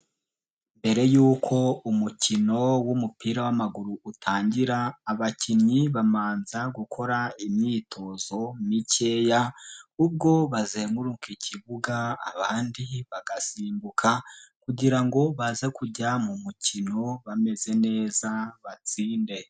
Mbere y'uko umukino w'umupira w'amaguru utangira abakinnyi bamanza gukora imyitozo mikeya ubwo bazenguruka ikibuga abandi bagasimbuka kugira ngo baze kujya mu mukino bameze neza batsinde.